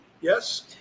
Yes